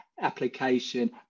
application